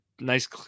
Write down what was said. Nice